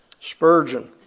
Spurgeon